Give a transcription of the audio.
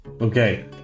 Okay